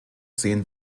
sehen